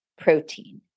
protein